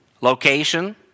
Location